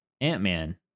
ant-man